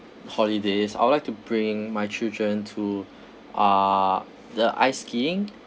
holidays I would like to bring my children to uh the ice skiing